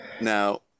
Now